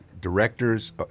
directors